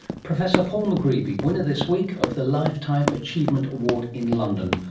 professor paul mcgreevy, winner this week of the lifetime achievement award in london,